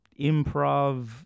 improv